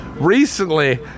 recently